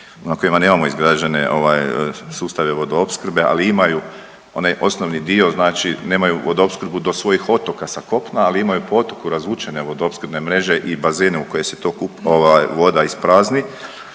na kojima nemamo izgrađene sustave vodoopskrbe ali imaju onaj osnovni dio, znači nemaju vodoopskrbu do svojih otoka da kopna, ali imaju po otoku razvučene vodoopskrbne mreže i bazene u koje se voda isprazni